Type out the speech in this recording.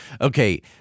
Okay